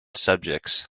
subjects